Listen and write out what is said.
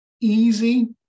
easy